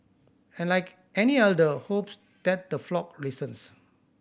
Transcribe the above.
and like any elder hopes that the flock listens